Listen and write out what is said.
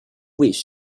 wish